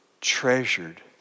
treasured